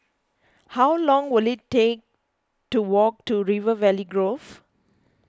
how long will it take to walk to River Valley Grove